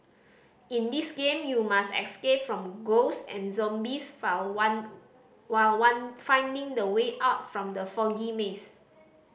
in this game you must escape from ghost and zombies file one while one finding the way out from the foggy maze